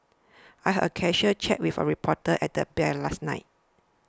I had a casual chat with a reporter at the bar at last night